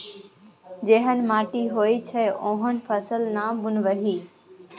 जेहन माटि होइत छै ओहने फसल ना बुनबिही